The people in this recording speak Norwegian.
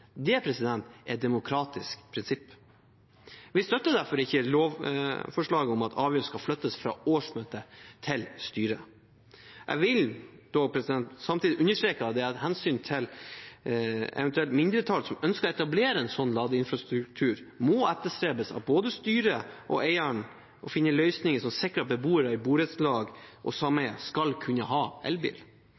demokratisk prinsipp. Vi støtter derfor ikke lovforslaget om at avgjørelsen skal flyttes fra årsmøtet til styret. Jeg vil dog samtidig understreke at det i hensynet til et eventuelt mindretall som ønsker å etablere en sånn ladeinfrastruktur, må etterstrebes at både styret og eieren finner løsninger som sikrer at beboere i borettslag og sameier skal kunne ha elbil.